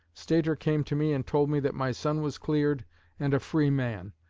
stator came to me and told me that my son was cleared and a free man.